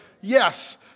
Yes